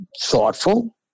thoughtful